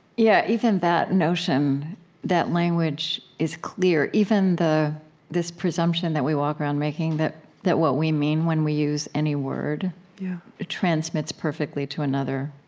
yeah, even that notion that language is clear, even this presumption that we walk around making, that that what we mean when we use any word ah transmits perfectly to another.